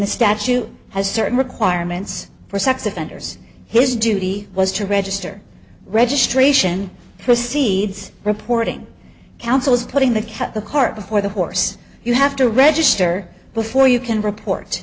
the statute has certain requirements for sex offenders his duty was to register registration proceeds reporting council is putting the cat the cart before the horse you have to register before you can report